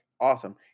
awesome